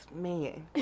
Man